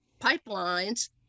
pipelines